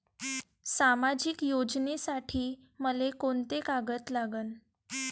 सामाजिक योजनेसाठी मले कोंते कागद लागन?